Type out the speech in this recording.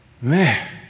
Man